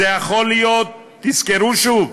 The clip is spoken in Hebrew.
תזכרו שוב,